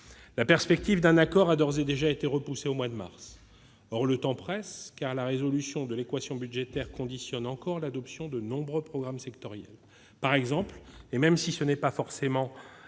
La perspective d'un accord a d'ores et déjà été reportée au mois de mars prochain. Or le temps presse, car la résolution de l'équation budgétaire conditionne encore l'adoption de nombreux programmes sectoriels. Par exemple, et même si ce n'est pas forcément